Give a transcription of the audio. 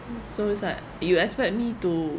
so it's like you expect me to